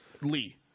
lee